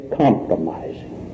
compromising